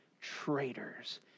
Traitors